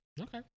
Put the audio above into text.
Okay